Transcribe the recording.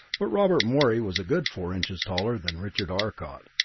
but robert morey was a good four inches taller than richard arcot.